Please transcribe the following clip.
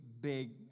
big